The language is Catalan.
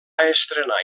estrenar